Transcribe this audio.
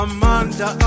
Amanda